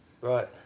Right